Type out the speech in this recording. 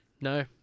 no